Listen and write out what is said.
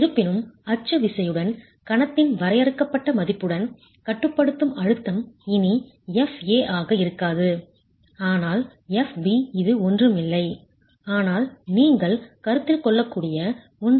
இருப்பினும் அச்சு விசையுடன் கணத்தின் வரையறுக்கப்பட்ட மதிப்புடன் கட்டுப்படுத்தும் அழுத்தம் இனி Fa ஆக இருக்காது ஆனால் Fb இது ஒன்றும் இல்லை ஆனால் நீங்கள் கருத்தில் கொள்ளக்கூடிய 1